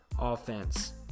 offense